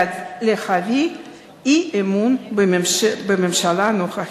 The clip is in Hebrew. להצביע אי-אמון בממשלה הנוכחית.